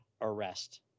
arrest